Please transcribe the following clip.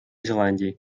зеландии